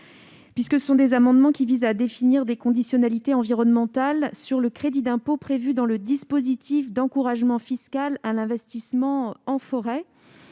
trois amendements. Ces amendements visent à définir des conditionnalités environnementales pour le crédit d'impôt prévu dans le dispositif d'encouragement fiscal à l'investissement en forêt.